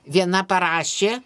viena parašė